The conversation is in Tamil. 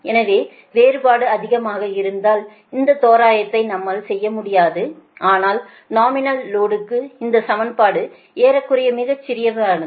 எனவே வேறுபாடு அதிகமாக இருந்தால் இந்த தோராயத்தை நம்மால் செய்ய முடியாது ஆனால் நாமினல் லோடுக்கு இந்த சமன்பாடு ஏறக்குறைய மிகச் சரியானது